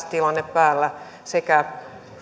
tilanne päällä sekä